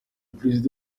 perezida